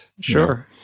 Sure